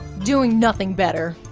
doing nothing better.